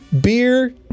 beer